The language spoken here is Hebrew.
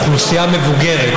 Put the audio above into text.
על אוכלוסייה מבוגרת,